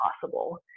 possible